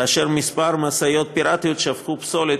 כאשר כמה משאיות פיראטיות שפכו פסולת